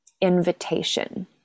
invitation